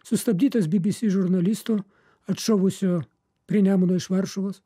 sustabdytas bbc žurnalisto atšovusio prie nemuno iš varšuvos